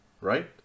right